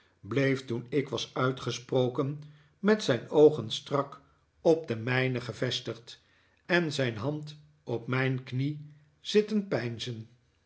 bleef toen ik was uitgesproken met zijn oogen strak op de mijne gevestigd en zijn hand op mijn knie zitten